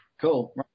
Cool